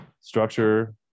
structure